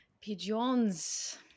Pigeons